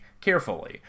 carefully